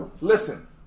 listen